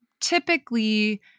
typically